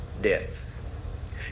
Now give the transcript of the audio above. death